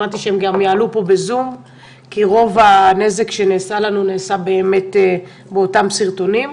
הבנתי שאנשיהם גם יעלו פה בזום כי רוב הנזק נגרם לנו באותם סרטונים.